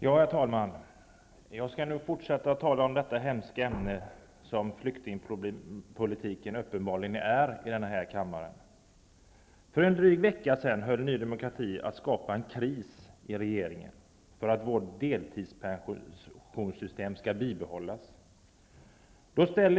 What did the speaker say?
Herr talman! Jag skall nu fortsätta att tala om det hemska ämne som flyktingpolitiken uppenbarligen utgör i den här kammaren. För en dryg vecka sedan höll Ny demokrati på att skapa en kris i regeringen för att deltidspensionssystemet skulle bibehållas.